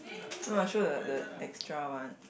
no ah show the the extra one